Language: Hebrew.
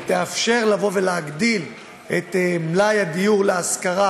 ותאפשר להגדיל את מלאי הדיור להשכרה,